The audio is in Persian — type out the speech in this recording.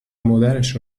مادرش